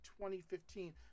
2015